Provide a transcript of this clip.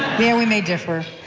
there we may differ.